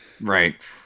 Right